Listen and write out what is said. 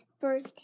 first